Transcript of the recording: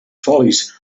folis